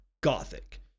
gothic